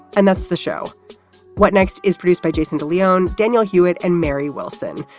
and that's the show what next is produced by jason de leon, danielle hewitt and mary wilson.